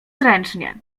zręcznie